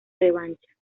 revancha